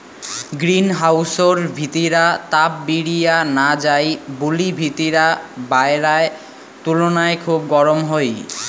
green হাউসর ভিতিরা তাপ বিরিয়া না যাই বুলি ভিতিরা বায়রার তুলুনায় খুব গরম হই